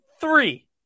Three